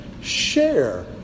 share